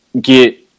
get